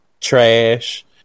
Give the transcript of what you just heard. trash